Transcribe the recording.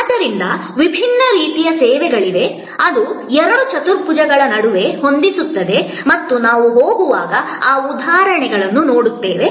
ಆದ್ದರಿಂದ ವಿಭಿನ್ನ ರೀತಿಯ ಸೇವೆಗಳಿವೆ ಅದು ಎರಡು ಚತುರ್ಭುಜಗಳ ನಡುವೆ ಹೊಂದಿಸುತ್ತದೆ ಮತ್ತು ನಾವು ಮುಂದಕ್ಕೆಹೋಗುವಾಗ ಆ ಉದಾಹರಣೆಗಳನ್ನು ನೋಡುತ್ತೇವೆ